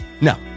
No